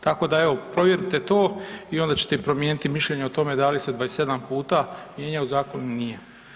Tako da evo provjerite to i onda ćete i promijeniti mišljenje o tome da li se 27 puta mijenjao zakon ili nije.